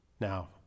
Now